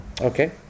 Okay